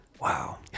Wow